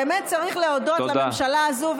ובאמת צריך להודות לממשלה הזו,